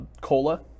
Cola